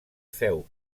féu